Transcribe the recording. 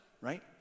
right